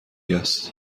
است